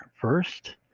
first